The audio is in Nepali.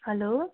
हेलो